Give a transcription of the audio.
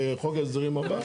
בחוק ההסדרים הבא.